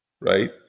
Right